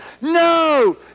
no